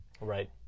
right